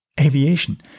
aviation